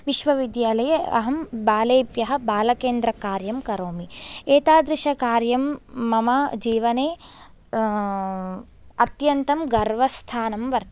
विश्वविद्यालये अहं बालेभ्यः बालकेन्द्रकार्यं करोमि एतादृशकार्यं मम जीवने अत्यन्तं गर्वस्थानं वर्तते